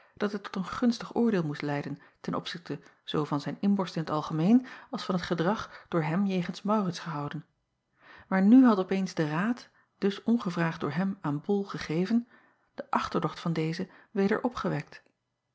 dat het tot een gunstig oordeel moest lijden ten opzichte zoo van zijn inborst in t algemeen als van het gedrag door hem jegens aurits gehouden maar nu had op eens de raad acob van ennep laasje evenster delen dus ongevraagd door hem aan ol gegeven de achterdocht van dezen weder opgewekt